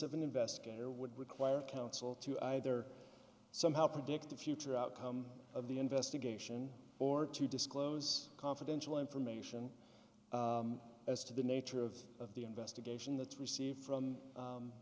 of an investigator would require counsel to either somehow predict the future outcome of the investigation or to disclose confidential information as to the nature of the investigation that's received from